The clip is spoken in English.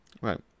Right